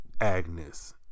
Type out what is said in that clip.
Agnes